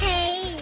Hey